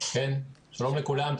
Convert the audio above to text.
שלום לכולם.